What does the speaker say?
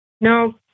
no